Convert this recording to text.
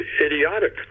idiotic